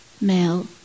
male